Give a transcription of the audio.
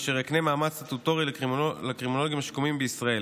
אשר יקנה מעמד סטטוטורי לקרימינולוגים השיקומיים בישראל.